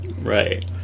Right